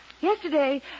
Yesterday